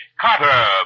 Carter